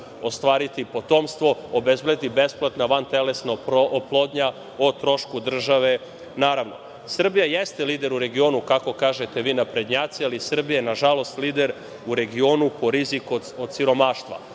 ostvariti potomstvo obezbedi besplatna vantelesna oplodnja o trošku države. Srbija jeste lider u regionu, kako kažete vi naprednjaci, ali Srbija je, nažalost, lider u regionu po riziku od siromaštva.